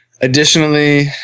Additionally